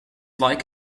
like